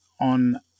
on